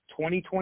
2020